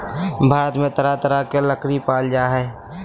भारत में तरह तरह के लकरी पाल जा हइ